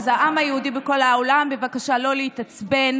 אז העם היהודי בכל העולם, בבקשה לא להתעצבן.